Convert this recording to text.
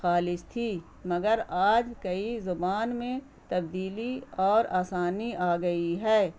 خالص تھی مگر آج کئی زبان میں تبدیلی اور آسانی آ گئی ہے